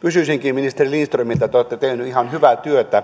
kysyisinkin ministeri lindströmiltä te olette tehnyt ihan hyvää työtä